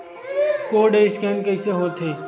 Code scan कइसे होथे?